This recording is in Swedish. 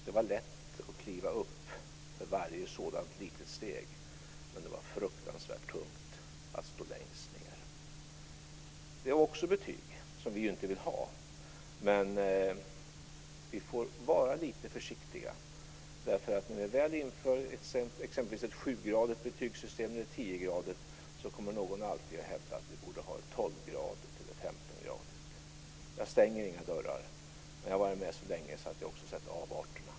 Det var lätt att kliva upp för varje sådant litet steg, men det var fruktansvärt tungt att stå längst ned. Det är också betyg som vi inte vill ha, men vi ska vara lite försiktiga. När vi inför exempelvis ett sjugradigt eller tiogradigt betygssystem kommer någon att hävda att vi borde ha ett tolvgradigt eller femtongradigt. Jag stänger inga dörrar, men jag har varit med så länge att jag också har sett avarterna.